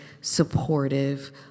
supportive